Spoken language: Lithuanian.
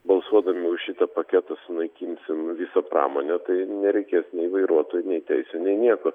balsuodami už šitą paketą sunaikinsim visą pramonę tai nereikės nei vairuotojų nei teisių nei nieko